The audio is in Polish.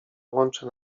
łączy